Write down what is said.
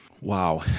Wow